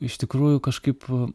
iš tikrųjų kažkaip